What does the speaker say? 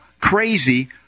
crazy